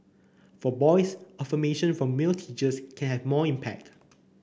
for boys affirmation from male teachers can have more impact